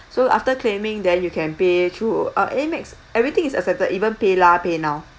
so after claiming then you can pay through uh Amex everything is accepted even paylah paynow